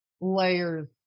Layers